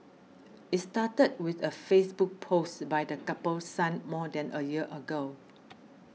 it started with a Facebook post by the couple's son more than a year ago